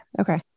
Okay